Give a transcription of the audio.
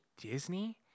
Disney